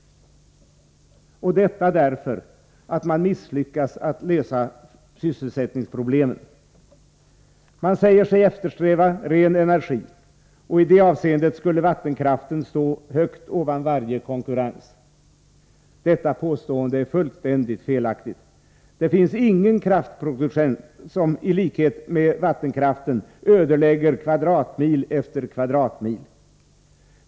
Och detta därför att man misslyckats med att lösa sysselsättningsproblemen. Man säger sig eftersträva ren energi, och i det avseendet skulle vattenkraften stå högt ovan varje konkurrens. Detta påstående är fullständigt felaktigt. Det finns ingen kraftproducent som i likhet med vattenkraften ödelägger kvadratmil efter kvadratmil.